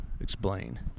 explain